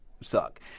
suck